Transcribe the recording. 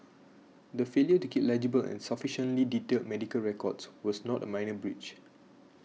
the failure to keep legible and sufficiently detailed medical records was not a minor breach